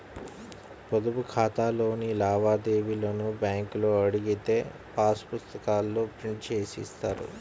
పొదుపు ఖాతాలోని లావాదేవీలను బ్యేంకులో అడిగితే పాసు పుస్తకాల్లో ప్రింట్ జేసి ఇస్తారు